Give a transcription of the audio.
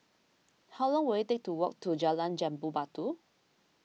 how long will it take to walk to Jalan Jambu Batu